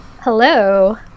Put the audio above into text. Hello